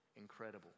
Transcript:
Incredible